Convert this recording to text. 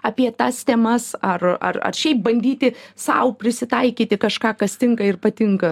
apie tas temas ar ar ar šiaip bandyti sau prisitaikyti kažką kas tinka ir patinka